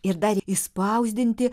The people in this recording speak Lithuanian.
ir dar išspausdinti